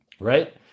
right